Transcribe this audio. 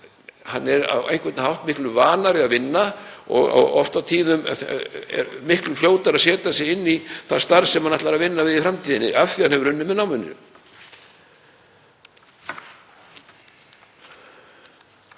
hann er á einhvern hátt miklu vanari að vinna og er oft og tíðum miklu fljótari að setja sig inn í það starf sem hann ætlar að vinna við í framtíðinni af því að hann hefur unnið með náminu.